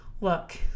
Look